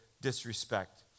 disrespect